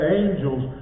angels